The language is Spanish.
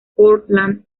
portland